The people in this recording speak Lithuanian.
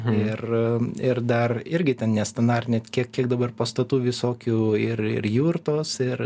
ir ir dar irgi ten nestandartiniai kiek kiek dabar pastatų visokių ir ir jurtos ir